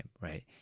right